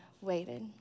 waited